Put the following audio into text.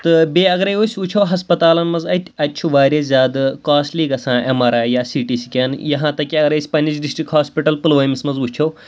تہٕ بیٚیہِ اگرَے أسۍ وٕچھو ہَسپَتالَن منٛز اَتہِ اَتہِ چھُ واریاہ زیادٕ کاسٹلی گژھان ایم آر آی یا سی ٹی سکین یہاں تک کہِ اَگَر أسۍ پنٛنِس ڈِسٹِرٛک ہاسپِٹَل پُلوٲمِس منٛز وٕچھو